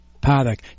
Paddock